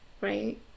right